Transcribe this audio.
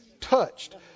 Touched